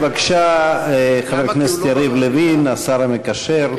בבקשה, חבר הכנסת יריב לוין, השר המקשר.